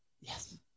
Yes